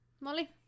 Molly